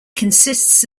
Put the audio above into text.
consists